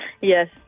Yes